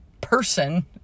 person